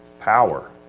power